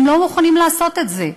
הם לא מוכנים לעשות את זה,